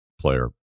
player